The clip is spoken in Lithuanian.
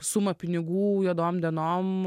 sumą pinigų juodom dienom